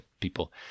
people